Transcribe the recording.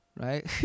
Right